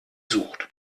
sucht